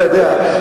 אתה יודע.